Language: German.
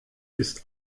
ist